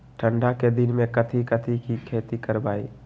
ठंडा के दिन में कथी कथी की खेती करवाई?